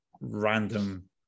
random